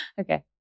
Okay